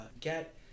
get